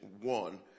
one